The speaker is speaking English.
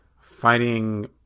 fighting